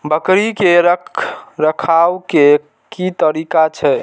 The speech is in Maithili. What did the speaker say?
बकरी के रखरखाव के कि तरीका छै?